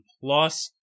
Plus